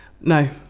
No